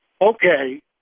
okay